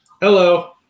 Hello